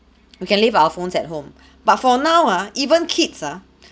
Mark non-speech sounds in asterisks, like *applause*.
we can leave our phones at home *breath* but for now ah even kids ah *breath*